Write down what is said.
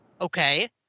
Okay